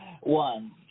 one